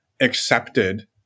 accepted